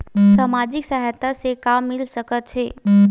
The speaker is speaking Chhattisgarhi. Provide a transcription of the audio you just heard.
सामाजिक सहायता से का मिल सकत हे?